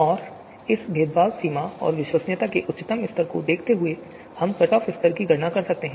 और इस भेदभाव की सीमा और विश्वसनीयता के उच्चतम स्तर को देखते हुए हम कट ऑफ स्तर की गणना कर सकते हैं